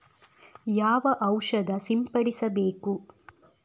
ಯಾವ ಔಷಧ ಸಿಂಪಡಿಸಬೇಕು?